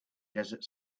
desert